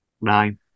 Nine